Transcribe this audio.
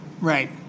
Right